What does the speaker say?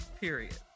Period